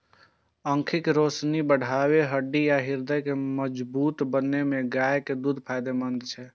आंखिक रोशनी बढ़बै, हड्डी आ हृदय के मजगूत बनबै मे गायक दूध फायदेमंद छै